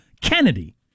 Kennedy